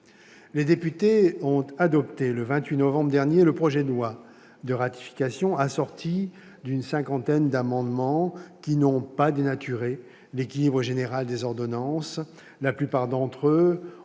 Les députés ont adopté, le 28 novembre dernier, le projet de loi de ratification, assorti d'une cinquantaine d'amendements n'ayant pas dénaturé l'équilibre général des ordonnances. La plupart d'entre eux ont